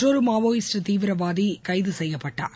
மற்றொரு மாவோயிஸ்ட் தீவிரவாதி கைது செய்யப்பட்டார்